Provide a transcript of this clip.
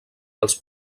els